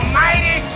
mighty